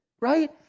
right